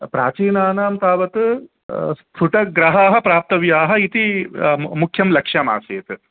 प्राचीनानां तावत् स्फुटग्रहाः प्राप्तव्याः इति मुख्यं लक्ष्यमासीत्